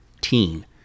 teen